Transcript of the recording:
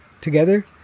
together